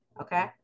okay